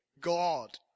God